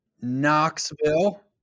Knoxville